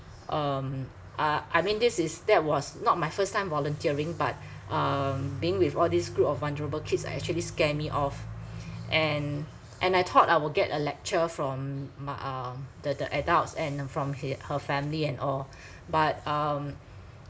um uh I mean this is that was not my first time volunteering but um being with all this group of vulnerable kids uh actually scare me off and and I thought I would get a lecture from m~ uh the the adults and from hi~ her family and all but um